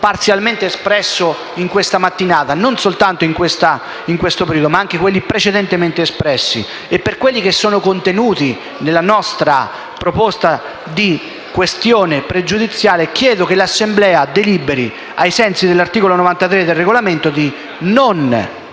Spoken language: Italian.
parzialmente espresso nel corso di questa mattinata, e non soltanto in questo intervento, ma anche in quello precedente, e per quelli contenuti nella nostra proposta di questione pregiudiziale, chiedo che l'Assemblea deliberi, ai sensi dell'articolo 93 del Regolamento, di non